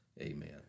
amen